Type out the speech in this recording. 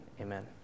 Amen